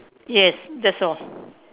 yes that's all